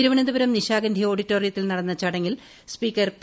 തിരുവനന്തപുരം നിശാഗന്ധി ഓഡിറ്റോറിയത്തിൽ നടന്ന ചടങ്ങിൽ സ്പീക്കർ പി